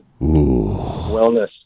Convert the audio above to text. Wellness